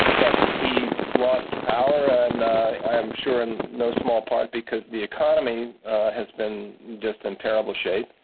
but he lost power, and i'm sure in no small part because the economy has been just in terrible shape.